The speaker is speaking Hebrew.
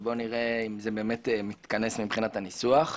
ונראה אם זה מתכנס מבחינת הניסוח.